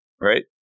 right